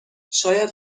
شاید